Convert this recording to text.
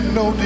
no